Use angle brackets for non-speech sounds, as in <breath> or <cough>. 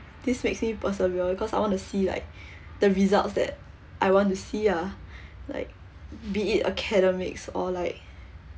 this makes me persevere cause I want to see like <breath> the results that I want to see ah <breath> like be it academics or like